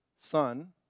Son